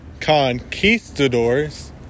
Conquistadors